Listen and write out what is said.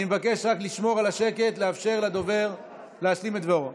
אני מבקש לשמור על השקט ולאפשר לדובר להשלים את דבריו.